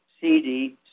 CD